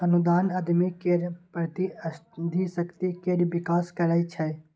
अनुदान उद्यमी केर प्रतिस्पर्धी शक्ति केर विकास करै छै